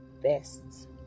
best